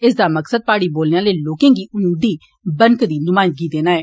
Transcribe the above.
इस दा मकसद प्हाड़ी बोलने आलें लोकें गी उन्दी बनकदी न्मायन्दगी देना ऐ